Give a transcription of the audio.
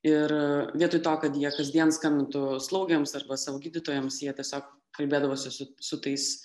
ir vietoj to kad jie kasdien skambintų slaugėms arba savo gydytojams jie tiesiog kalbėdavosi su su tais